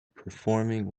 performing